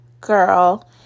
girl